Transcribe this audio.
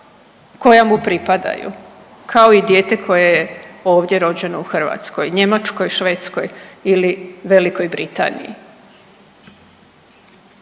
koja mu pripadaju kao i dijete koje je ovdje rođeno u Hrvatskoj, Njemačkoj, Švedskoj ili Velikoj Britaniji.